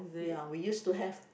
ya we used to have